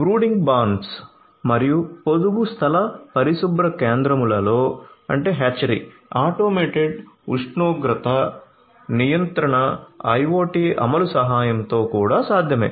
brooding barns automated ఉష్ణోగ్రత నియంత్రణ IoT అమలు సహాయంతో కూడా సాధ్యమే